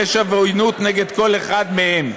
פשע ועוינות נגד כל אחד מהם.